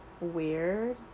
weird